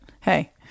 hey